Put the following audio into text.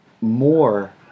more